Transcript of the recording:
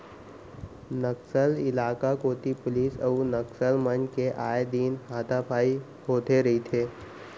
नक्सल इलाका कोती पुलिस अउ नक्सल मन के आए दिन हाथापाई होथे रहिथे